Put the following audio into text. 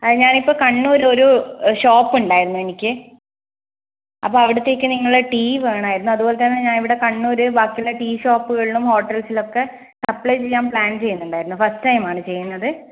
ഞാൻ ഇപ്പോൾ കണ്ണൂർ ഒരു ഷോപ്പ് ഉണ്ടായിരുന്നു എനിക്ക് അപ്പോൾ അവിടത്തേക്ക് നിങ്ങൾ ടീ വേണമായിരുന്നു അതുപോലെ തന്നെ ഇവിടെ കണ്ണൂർ ബാക്കിയുള്ള ടീ ഷോപ്പുകളിലും ഹോട്ടൽസിലും ഒക്കെ സപ്ലെെ ചെയ്യാൻ പ്ലാൻ ചെയ്യുന്നുണ്ടായിരുന്നു ഫസ്റ്റ് ടൈം ആണ് ചെയ്യുന്നത്